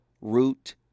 root